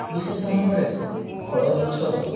ବିଶେଷ ଭାବରେ ଫଳ ଗଛ